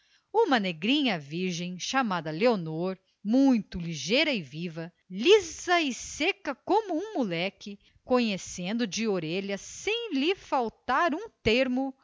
uma negrinha virgem chamada leonor muito ligeira e viva lisa e seca como um moleque conhecendo de orelha sem lhe faltar um termo